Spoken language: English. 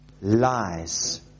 lies